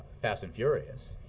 fast and furious.